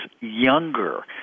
younger